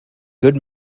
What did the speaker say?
good